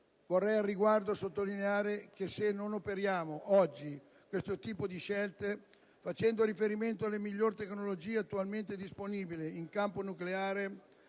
Vorrei al riguardo sottolineare che se non operiamo oggi questo tipo di scelte, facendo riferimento alle migliori tecnologie attualmente disponibili in campo nucleare,